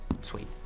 Sweet